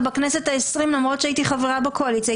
אבל בכנסת ה-20 למרות שהייתי חברה בקואליציה,